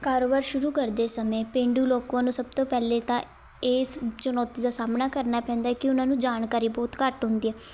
ਕਾਰੋਬਾਰ ਸ਼ੁਰੂ ਕਰਦੇ ਸਮੇਂ ਪੇਂਡੂ ਲੋਕਾਂ ਨੂੰ ਸਭ ਤੋਂ ਪਹਿਲਾਂ ਤਾਂ ਇਸ ਚੁਣੌਤੀ ਦਾ ਸਾਹਮਣਾ ਕਰਨਾ ਪੈਂਦਾ ਕਿ ਉਹਨਾਂ ਨੂੰ ਜਾਣਕਾਰੀ ਬਹੁਤ ਘੱਟ ਹੁੰਦੀ ਹੈ